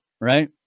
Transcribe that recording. right